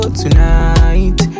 tonight